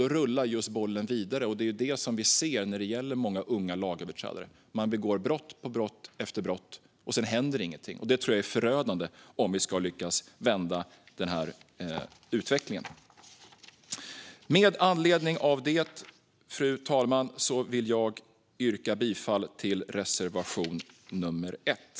Då rullar bollen vidare, vilket vi ser när det gäller många unga lagöverträdare: De begår brott på brott, men ingenting händer. Om vi vill lyckas vända utvecklingen är detta förödande. Fru talman! Jag yrkar bifall till reservation nr 1.